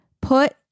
Put